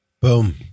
Boom